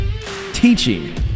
Teaching